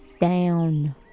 down